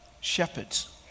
Shepherds